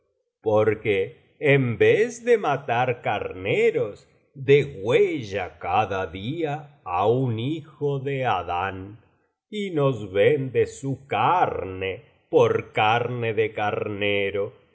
porque en vez de matar carneros degüella cada día á un hijo de adán y nos vende su carne por carne de carnero